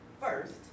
first